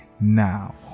now